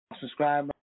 subscribe